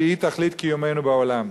שהיא תכלית קיומנו בעולם,